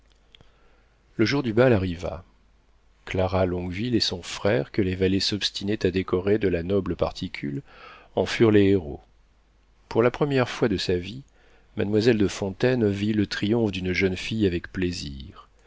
le jour du bal arriva clara longueville et son frère que les valets s'obstinaient à décorer de la noble particule en furent les héros pour la première fois de sa vie mademoiselle de fontaine vit le triomphe d'une jeune fille avec plaisir